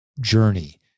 journey